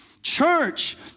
Church